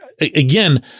Again